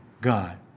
God